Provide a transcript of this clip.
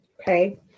okay